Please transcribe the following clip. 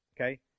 Okay